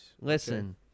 Listen